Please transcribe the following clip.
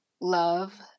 love